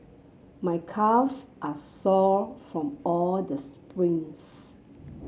my calves are sore from all the sprints